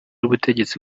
w’ubutegetsi